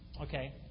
okay